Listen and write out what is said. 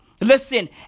Listen